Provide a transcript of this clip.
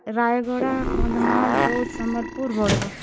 Rayagada Kandhamal Boudh Sambalpur Bargarh